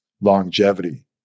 longevity